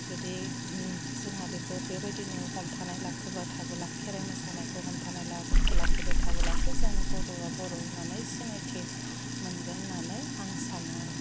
जुदि जोंहा बेखो बेबायदिनो हमथानानै लाखोबाय थाबोला खेराइ मोसानायखौ हमथाना लाखिबाय थाबोलासो जोंनि बर'आ बर' होननानै सिनायथि मोनगोन होननानै आं सानो आरो